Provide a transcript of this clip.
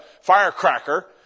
firecracker